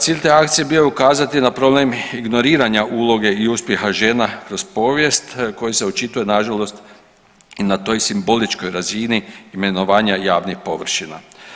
Cilj te akcije bio je ukazati na problem ignoriranja uloge i uspjeha žena kroz povijest koji se očituje nažalost i na toj simboličkoj razini imenovanja javnih površina.